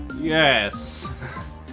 Yes